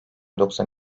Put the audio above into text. doksan